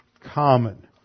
common